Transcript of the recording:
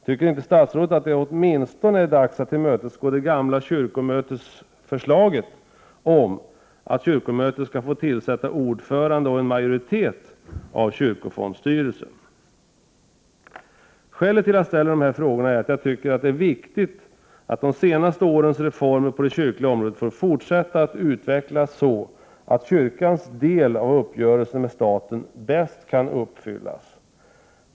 Anser inte statsrådet att det är dags att åtminstone tillmötesgå det gamla kyrkomötesförslaget om att kyrkomötet skall få tillsätta ordföranden och en majoritet av kyrkofondsstyrelsen? Skälet till att jag ställer dessa frågor är att jag tycker att det är viktigt att de senaste årens reformer på det kyrkliga området får fortsätta att utvecklas så att kyrkans del av uppgörelsen med staten kan uppfyllas på bästa sätt.